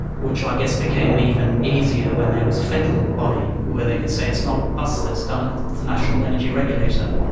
which i guess became even easier when there was a federal body, where they could say it's not us that's done it, it's the national energy regulator.